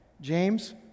James